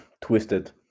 twisted